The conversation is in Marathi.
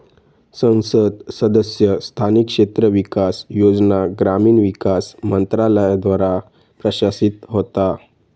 संसद सदस्य स्थानिक क्षेत्र विकास योजना ग्रामीण विकास मंत्रालयाद्वारा प्रशासित होता